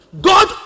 God